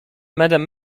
madame